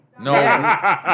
No